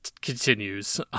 continues